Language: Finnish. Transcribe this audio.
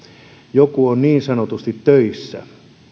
joku on niin sanotusti töissä